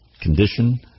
condition